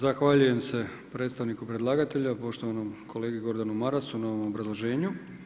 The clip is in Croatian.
Zahvaljujem se predstavniku predlagatelja, poštovanom kolegi Gordanu Marasu na ovom obrazloženju.